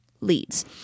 leads